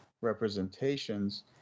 representations